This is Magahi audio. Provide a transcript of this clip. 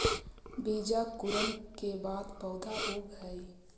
बीजांकुरण के बाद पौधा उगऽ हइ